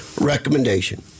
recommendation